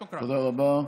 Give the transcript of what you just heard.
תודה.) תודה רבה.